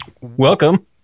welcome